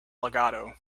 legato